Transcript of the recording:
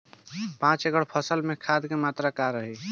पाँच एकड़ फसल में खाद के मात्रा का रही?